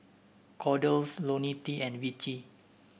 Kordel's IoniL T and Vichy